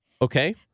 Okay